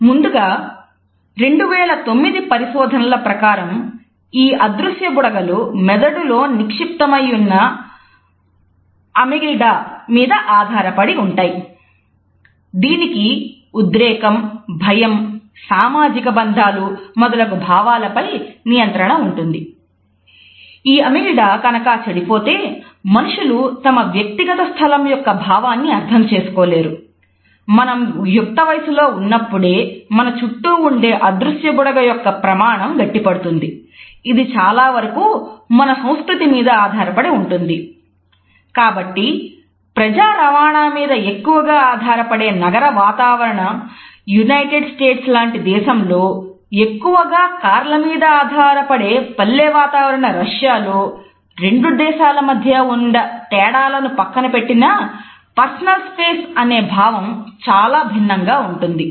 ముందుగా 2009 పరిశోధనల ప్రకారం ఈ అదృశ్య బుడగలు మెదడులో నిక్షిప్తమైయున్న అమిగ్డల అనే భావం చాలా భిన్నంగా ఉంటుంది